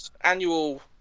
annual